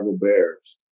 Bears